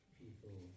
people